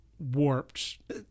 warped